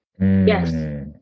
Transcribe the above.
Yes